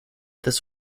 this